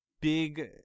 big